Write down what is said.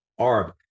ARB